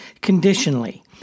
conditionally